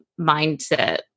mindset